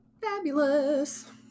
Fabulous